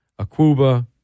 Akuba